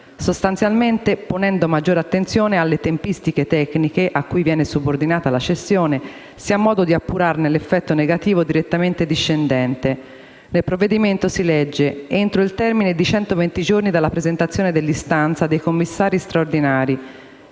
Sostanzialmente, ponendo maggiore attenzione alle "tempistiche tecniche" a cui viene subordinata la cessione, si ha modo di appurarne l'effetto negativo direttamente discendente. Nel provvedimento si legge: «Entro il termine di 120 giorni dalla presentazione dell'istanza dei commissari straordinari,